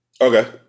Okay